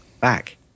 back